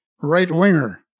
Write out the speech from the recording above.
right-winger